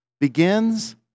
begins